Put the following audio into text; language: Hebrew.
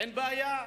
אין בעיה,